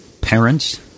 parents